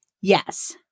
Yes